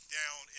down